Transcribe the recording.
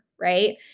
right